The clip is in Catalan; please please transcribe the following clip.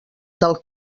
del